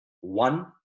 one